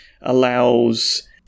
allows